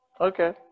Okay